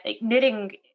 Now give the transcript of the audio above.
knitting